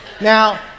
Now